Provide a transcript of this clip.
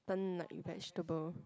stunned like vegetable